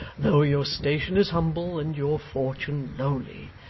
though your station is humble, and your fortune lowly.